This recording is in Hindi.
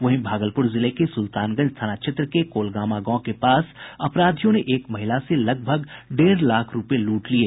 वहीं भागलपुर जिले के सुल्तानगंज थाना क्षेत्र के कोलगामा गांव के पास अपराधियों ने एक महिला से लगभग डेढ़ लाख रुपये लूट लिये